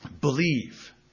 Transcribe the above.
Believe